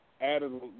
added